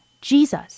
Jesus